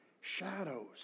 shadows